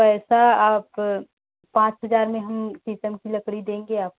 पैसा आप पाँच हज़ार में हम शीशम की लकड़ी देंगे आप